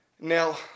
Now